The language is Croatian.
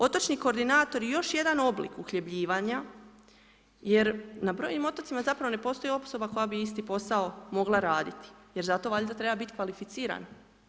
Otočni koordinatori, još jedan oblik uhljebljivanja, jer na brojnim otocima zapravo ne postoji osoba koja bi isti posao mogla raditi, jer za to valjda treba biti kvalificiran.